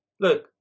Look